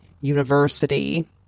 University